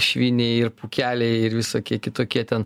šviniai ir pūkeliai ir visokie kitokie ten